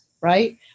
right